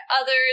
others